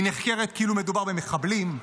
היא נחקרת כאילו מדובר במחבלים.